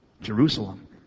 Jerusalem